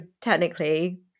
technically